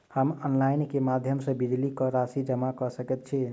हम ऑनलाइन केँ माध्यम सँ बिजली कऽ राशि जमा कऽ सकैत छी?